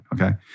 okay